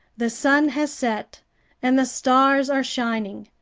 the sun has set and the stars are shining.